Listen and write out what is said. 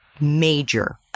major